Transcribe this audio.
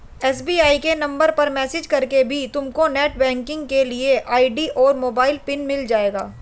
SBI के number पर message करके भी तुमको नेटबैंकिंग के लिए आई.डी और मोबाइल पिन मिल जाएगा